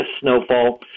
snowfall